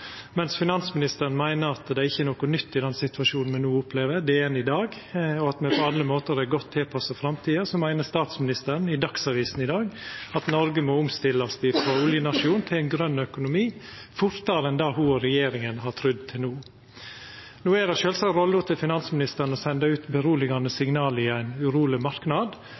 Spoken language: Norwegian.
Mens finansministeren meiner at det ikkje er noko nytt i den situasjonen me no opplever, i Dagens Næringsliv i dag, og at me på alle måtar er godt tilpassa framtida, så meiner statsministeren i Dagsavisen i dag at Noreg må omstillast frå oljenasjon til ein grøn økonomi fortare enn ho og regjeringa har trudd til no. No er det sjølvsagt rolla til finansministeren å senda ut roande signal i ein uroleg marknad,